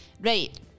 Right